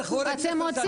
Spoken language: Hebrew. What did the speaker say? גם אלו מבנים פרטיים.